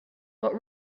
but